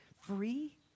Free